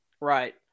Right